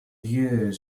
dieu